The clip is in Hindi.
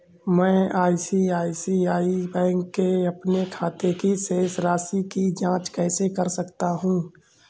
मैं आई.सी.आई.सी.आई बैंक के अपने खाते की शेष राशि की जाँच कैसे कर सकता हूँ?